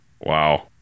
Wow